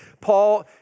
Paul